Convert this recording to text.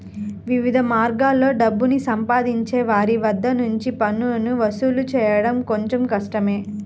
వివిధ మార్గాల్లో డబ్బుని సంపాదించే వారి వద్ద నుంచి పన్నులను వసూలు చేయడం కొంచెం కష్టమే